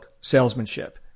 salesmanship